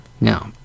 Now